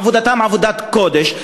עבודתם עבודת קודש,